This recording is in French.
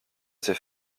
ses